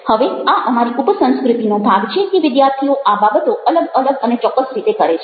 હવે આ અમારી ઉપસંસ્કૃતિનો ભાગ છે કે વિદ્યાર્થીઓ આ બાબતો અલગ અને ચોક્કસ રીતે કરે છે